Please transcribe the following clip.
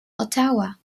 ottawa